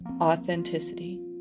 authenticity